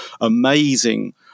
amazing